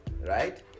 right